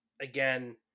again